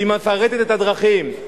והיא מפרטת את הדרכים.